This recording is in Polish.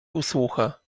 usłucha